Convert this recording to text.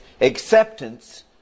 acceptance